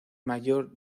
mayor